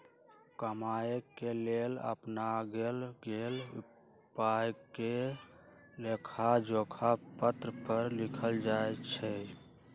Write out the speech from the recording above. कमाए के लेल अपनाएल गेल उपायके लेखाजोखा पत्र पर लिखल जाइ छइ